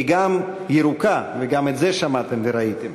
היא גם ירוקה, וגם את זה שמעתם וראיתם.